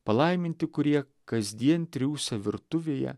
palaiminti kurie kasdien triūsia virtuvėje